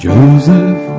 Joseph